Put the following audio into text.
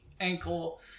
ankle